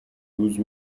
douze